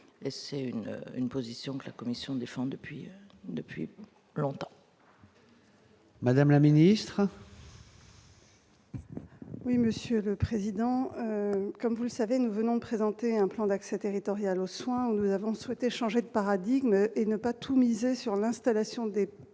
une une position que la Commission défend depuis depuis longtemps. Madame la ministre. Oui, Monsieur le Président, comme vous le savez nous venons présenter un plan d'accès territoriale aux soins, nous avons souhaité changer de paradigme et ne pas tout miser sur l'installation des